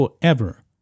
forever